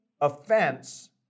offense